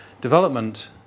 Development